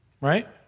right